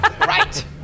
Right